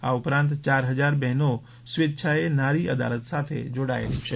આ ઉપરાંત યાર હજાર બહેનો સ્વેચ્છાએ નારી અદાલત સાથે જોડાયેલી છે